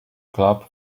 club